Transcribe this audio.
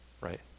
right